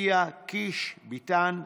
אתי עטייה, יואב קיש, דוד ביטן,